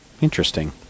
Interesting